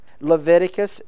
Leviticus